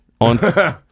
On